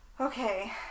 Okay